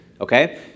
Okay